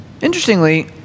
interestingly